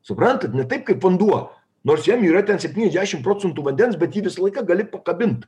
suprantat ne taip kaip vanduo nors jam yra ten septyniasdešim procentų vandens bet jį visą laiką gali pakabint